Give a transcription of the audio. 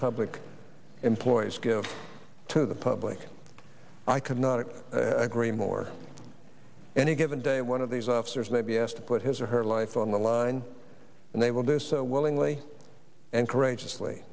public employees give to the public i could not agree more any given day one of these officers may be asked to put his or her life on the line and they will do so willingly and courageous